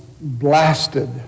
blasted